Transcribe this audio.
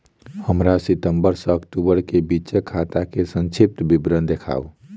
हमरा सितम्बर सँ अक्टूबर केँ बीचक खाता केँ संक्षिप्त विवरण देखाऊ?